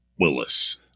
Willis